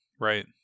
Right